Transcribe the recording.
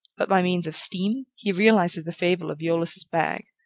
but by means of steam, he realizes the fable of aeolus's bag,